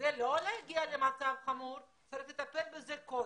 כדי לא להגיע למצב חמור, צריך לטפל בזה קודם.